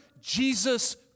Jesus